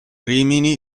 rimini